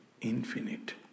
infinite